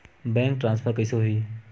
Bank transfer कइसे होही?